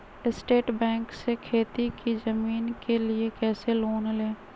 State Bank से खेती की जमीन के लिए कैसे लोन ले?